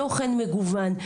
תוכן מגוון,